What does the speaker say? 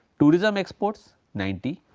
tourism exports ninety,